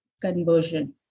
conversion